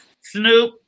Snoop